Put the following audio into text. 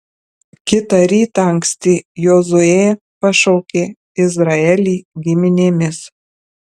kitą rytą anksti jozuė pašaukė izraelį giminėmis